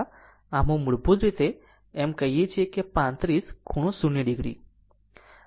આમ હું મૂળભૂત રીતે આપણે એમ કહીએ છીએ કે 35 ખૂણો 0 o